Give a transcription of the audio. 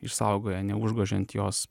išsaugoja neužgožiant jos